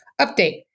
Update